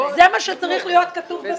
זה מה שצריך להיות כתוב בתוכנית,